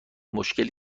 مشکلی